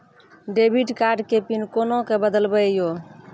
Debit card के PIN कोना के बदलबै यो?